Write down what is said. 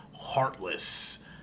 heartless